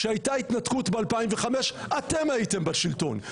כשהייתה ההתנתקות ב-2005, אתם הייתם בשלטון.